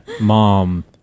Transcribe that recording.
mom